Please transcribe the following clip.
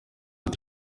ati